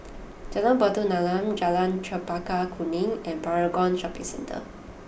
Jalan Batu Nilam Jalan Chempaka Kuning and Paragon Shopping Centre